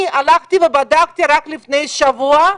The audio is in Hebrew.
אני הלכתי ובדקתי רק לפני שבוע.